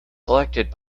selected